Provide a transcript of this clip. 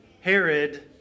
Herod